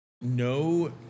no